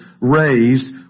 raised